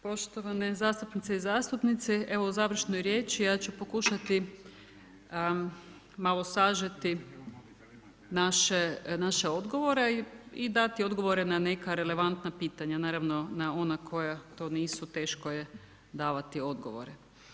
Poštovane zastupnice i zastupnici evo u završnoj riječi ja ću pokušati malo sažeti naše odgovore i dati odgovore na neka relevantna pitanja, naravno na ona koja to nisu teško je davati odgovore.